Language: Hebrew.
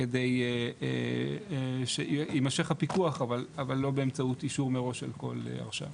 כדי שיימשך הפיקוח אבל לא באמצעות אישור מראש על כל הרשאה.